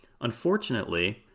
Unfortunately